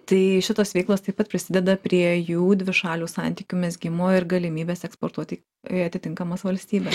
tai šitos veiklos taip pat prisideda prie jų dvišalių santykių mezgimo ir galimybės eksportuot į į atitinkamas valstybes